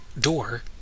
door